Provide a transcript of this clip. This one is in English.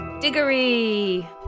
Diggory